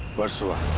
versova?